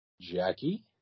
Jackie